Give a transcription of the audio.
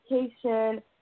education